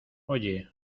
oye